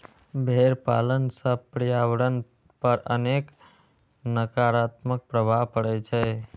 भेड़ पालन सं पर्यावरण पर अनेक नकारात्मक प्रभाव पड़ै छै